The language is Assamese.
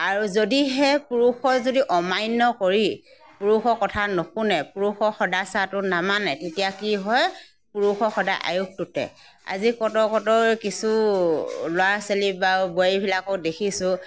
আৰু যদিহে পুৰুষৰ অমান্য কৰি পুৰুষৰ কথা নুশুনে পুৰুষৰ সদায় ছাঁটো নামানে তেতিয়া কি হয় পুৰুষৰ আয়ুস টুটে আজি কত কতই কিছু ল'ৰা ছোৱালী বা বোৱাৰীবিলাকো দেখিছোঁ